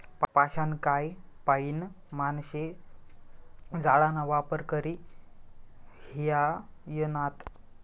पाषाणकाय पाईन माणशे जाळाना वापर करी ह्रायनात